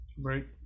right